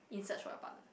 in search for your partner